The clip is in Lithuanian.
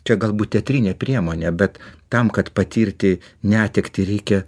čia galbūt teatrinė priemonė bet tam kad patirti netektį reikia